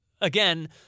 again